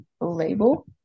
label